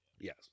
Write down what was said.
yes